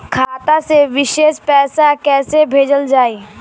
खाता से विदेश पैसा कैसे भेजल जाई?